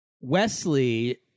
Wesley